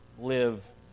live